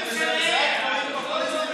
זה לא יעזור.